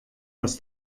was